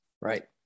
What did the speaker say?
Right